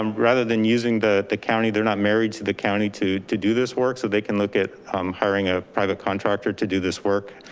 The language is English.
um rather than using the the county, they're not married to the county to to do this work. so they can look at hiring a private contractor to do this work.